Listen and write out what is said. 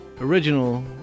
original